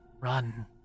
run